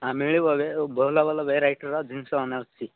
ଆମେ ଗଲେ ଭଲ ଭଲ ଭେରାଇଟ୍ର ଜିନଷ ଅନାଉସଛି